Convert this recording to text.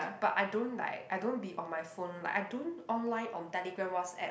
but I don't like I don't be on my phone like I don't online on Telegram WhatsApp